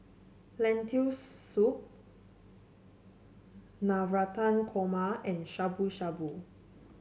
Lentil Soup Navratan Korma and Shabu Shabu